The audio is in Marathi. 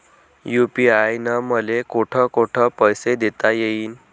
यू.पी.आय न मले कोठ कोठ पैसे देता येईन?